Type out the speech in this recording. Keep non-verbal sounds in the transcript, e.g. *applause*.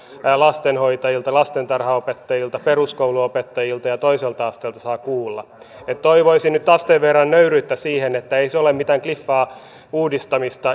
lastenhoitajilta lastentarhanopettajilta peruskoulunopettajilta ja toiselta asteelta saa kuulla että toivoisin nyt asteen verran nöyryyttä siihen että ei se ole mitään kliffaa uudistamista *unintelligible*